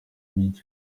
by’igihugu